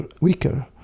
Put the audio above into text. weaker